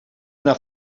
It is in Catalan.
una